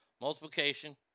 multiplication